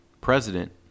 president